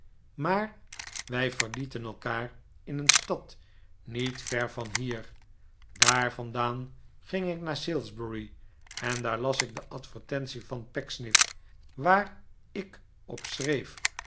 maar wij verlieten elkaar in een stad niet ver van hier daar vandaan ging ik naar salisbury en daar las ik de advertentie van pecksniff waar ik op